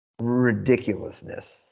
ridiculousness